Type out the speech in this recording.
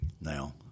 now